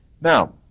Now